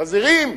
חזירים.